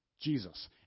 Jesus